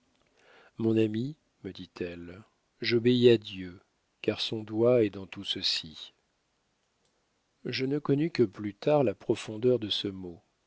mon ami me dit-elle j'obéis à dieu car son doigt est dans tout ceci je ne connus que plus tard la profondeur de ce mot